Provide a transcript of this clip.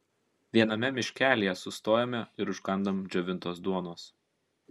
viename miškelyje sustojome ir užkandom džiovintos duonos